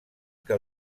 que